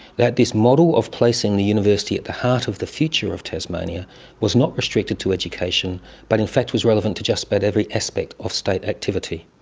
that this model of placing the university at the heart of the future of tasmania was not restricted to education but in fact was relevant to just about but every aspect of state activity.